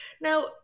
Now